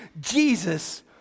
Jesus